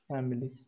Family